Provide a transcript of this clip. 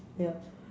ya